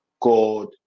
God